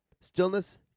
stillness